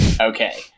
okay